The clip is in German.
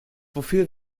wofür